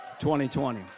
2020